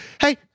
hey